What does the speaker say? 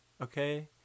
Okay